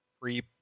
pre